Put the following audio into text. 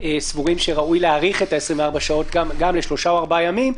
סבורים להאריך את 24 השעות לשלושה או ארבעה ימים,